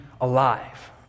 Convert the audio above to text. alive